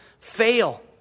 fail